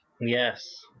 yes